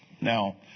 Now